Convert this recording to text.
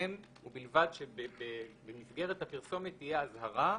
לפרסם ובלבד שבמסגרת הפרסומת תהיה אזהרה.